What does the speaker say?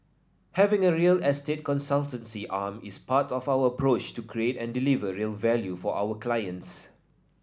having a real estate consultancy arm is part of our approach to create and deliver real value for our clients